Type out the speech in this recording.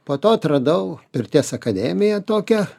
po to atradau pirties akademiją tokią